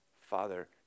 Father